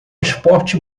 esporte